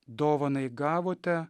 dovanai gavote